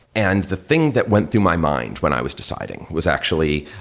and the thing that went through my mind when i was deciding was actually,